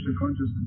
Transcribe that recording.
consciousness